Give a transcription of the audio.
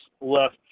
left